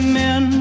men